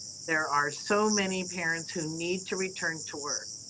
there are so many parents who need to return to work.